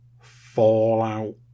Fallout